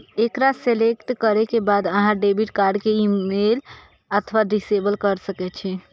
एकरा सेलेक्ट करै के बाद अहां डेबिट कार्ड कें इनेबल अथवा डिसेबल कए सकै छी